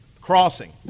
crossing